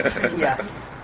Yes